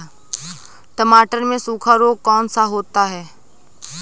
टमाटर में सूखा रोग कौन सा होता है?